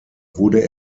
wurde